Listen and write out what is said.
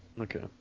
Okay